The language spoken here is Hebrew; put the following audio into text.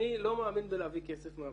אני לא מאמין בלהביא כסף מהבית.